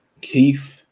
Keith